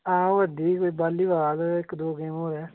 ओहा करदी वालीबाल इक दो गेम होर ऐ